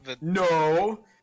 No